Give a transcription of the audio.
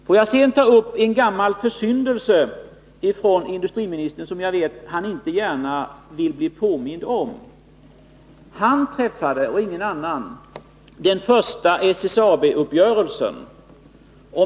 Låt mig sedan ta upp en gammal försyndelse av industriministern som jag vet att han inte gärna vill bli påmind om. Han och ingen annan träffade den första SSAB-uppgörelsen.